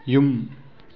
ꯌꯨꯝ